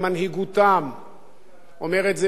אומר את זה בקול צלול, בצהרי היום,